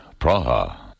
Praha